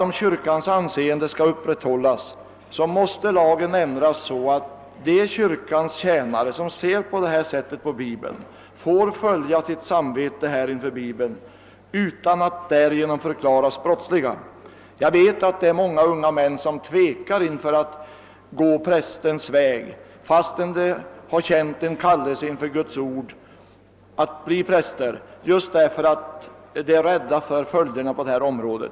Om kyrkans anseende skall kunna upprätthållas, måste lagen ändras så att de kyrkans tjänare som ser på detta sätt på Bibeln får följa sitt samvete inför Bibeln utan att därför förklaras brottsliga. Jag vet att det är många unga män som tvekar att välja prästens väg, fastän de har känt en kallelse inför Guds ord att bli präster, just därför att de är rädda för följderna på detta område.